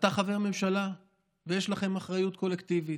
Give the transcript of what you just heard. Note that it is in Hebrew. אתה חבר ממשלה ויש לכם אחריות קולקטיבית,